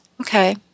Okay